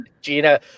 Gina